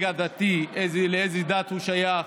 רקע דתי, לאיזה דת הוא שייך,